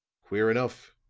queer enough,